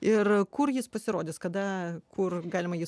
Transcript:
ir kur jis pasirodys kada kur galima jį